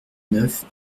neuf